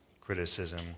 criticism